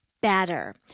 better